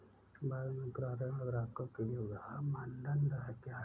भारत में गृह ऋण ग्राहकों के लिए उधार मानदंड क्या है?